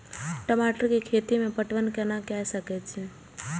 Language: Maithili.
टमाटर कै खैती में पटवन कैना क सके छी?